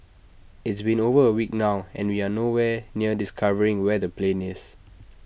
it's been over A week now and we are no where near discovering where the plane is